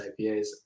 IPAs